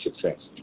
success